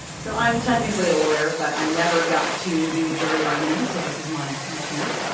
so, i am technically a lawyer, but i never got to do a jury argument, so this is my my chance.